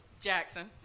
Jackson